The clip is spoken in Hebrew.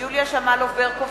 יוליה שמאלוב-ברקוביץ,